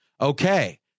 Okay